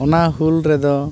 ᱚᱱᱟ ᱦᱩᱞ ᱨᱮᱫᱚ